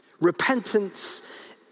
repentance